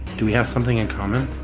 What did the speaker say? do we have something in common?